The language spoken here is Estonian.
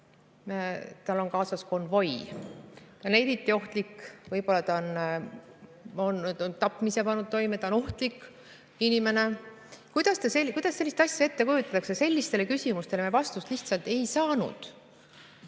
tal on kaasas konvoi, kui ta on eriti ohtlik, võib-olla ta on tapmise pannud toime, ta on ohtlik inimene? Kuidas sellist asja ette kujutatakse? Sellistele küsimustele me vastust ei saanud.